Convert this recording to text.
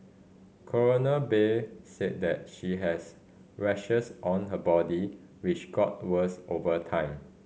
Coroner Bay said that she has rashes on her body which got worse over time